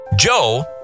Joe